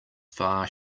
far